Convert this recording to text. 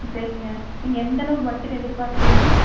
சரிங்க நீங்கள் எந்தளவுக்கு பட்ஜெட் எதிர்பார்க்குறீங்க